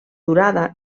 durada